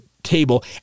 table